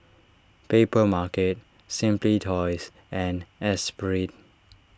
Papermarket Simply Toys and Esprit